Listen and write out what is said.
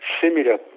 similar